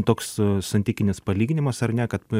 toks santykinis palyginimas ar ne kad